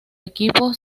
equipo